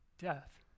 death